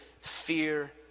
Fear